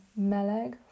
meleg